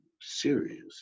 serious